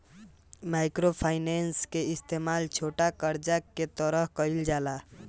micro finance के इस्तमाल छोटा करजा के तरह कईल जाला